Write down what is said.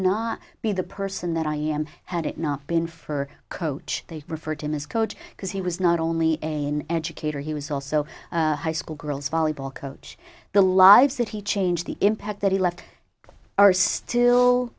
not be the person that i am had it not been for coach they refer to me as coach because he was not only a an educator he was also a high school girls volleyball coach the lives that he changed the impact that he left are still